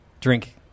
Drink